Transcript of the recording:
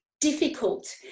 difficult